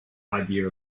idea